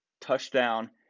touchdown